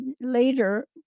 later